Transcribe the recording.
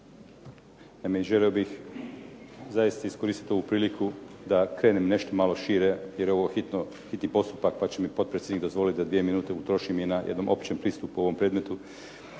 Naime želio bih zaista iskoristiti ovu priliku da krenem nešto malo šire, jer je ovo hitni postupak, pa će mi potpredsjednik dozvoliti da dvije minute utrošim i na jednom općem pristupu ovom predmetu.